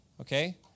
okay